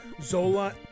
Zola